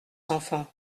enfants